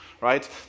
right